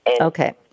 Okay